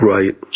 Right